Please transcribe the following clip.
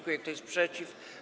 Kto jest przeciw?